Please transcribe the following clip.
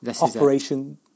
Operation